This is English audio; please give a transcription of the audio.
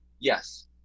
Yes